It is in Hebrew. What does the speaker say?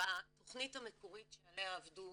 התכנית המקורית שעליה עבדו